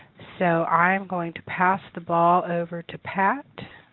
so i'm going to pass the ball over to pat.